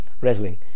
wrestling